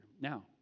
Now